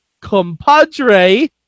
compadre